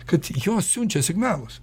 kad jos siunčia signalus